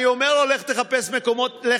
אני אומר לו: לך תחפש עבודה.